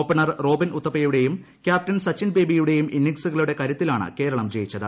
opener Robin ഉത്തപ്പയുടെയും captain Sachin ബേബിയുടെയും ഇന്നിംഗ്സുകളുടെ കരുത്തിലാണ് കേരളം ജയിച്ചത്